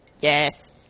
yes